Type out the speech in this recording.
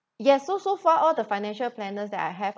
ya so so far all the financial planners that I have